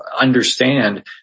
understand